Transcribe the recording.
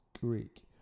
Greek